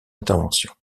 intervention